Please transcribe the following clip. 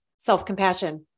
self-compassion